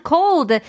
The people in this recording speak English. Cold